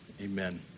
Amen